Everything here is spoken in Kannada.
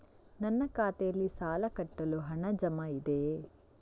ನನ್ನ ಖಾತೆಯಲ್ಲಿ ಸಾಲ ಕಟ್ಟಲು ಹಣ ಜಮಾ ಇದೆಯೇ?